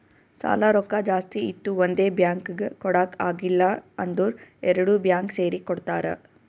ಸಾಲಾ ರೊಕ್ಕಾ ಜಾಸ್ತಿ ಇತ್ತು ಒಂದೇ ಬ್ಯಾಂಕ್ಗ್ ಕೊಡಾಕ್ ಆಗಿಲ್ಲಾ ಅಂದುರ್ ಎರಡು ಬ್ಯಾಂಕ್ ಸೇರಿ ಕೊಡ್ತಾರ